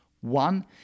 One